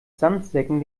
sandsäcken